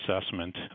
assessment